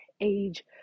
age